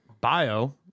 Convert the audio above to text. bio